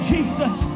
Jesus